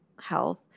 Health